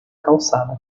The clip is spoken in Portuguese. calçada